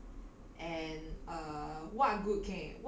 yeah I feel that it's a big waste of time